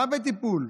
מה בטיפול?